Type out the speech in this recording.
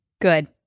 Good